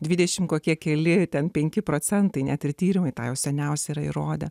dvidešim kokie keli ten penki procentai net ir tyrimui tai jau seniausiai yra įrodę